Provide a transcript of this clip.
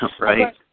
Right